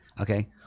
okay